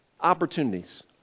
opportunities